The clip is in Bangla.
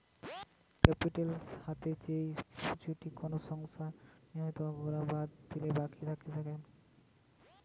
ওয়ার্কিং ক্যাপিটাল হতিছে যেই পুঁজিটা কোনো সংস্থার লিয়াবিলিটি গুলা বাদ দিলে বাকি থাকতিছে